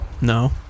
No